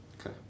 Okay